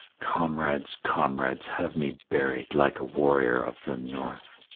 comrades, comrades, have me buried like a warrior of the north.